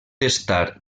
estar